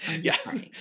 yes